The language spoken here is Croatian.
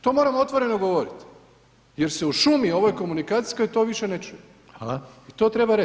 To moramo otvoreno govoriti jer se u šumi ovoj komunikacijskoj to više ne čuje [[Upadica: Hvala]] i to treba reć.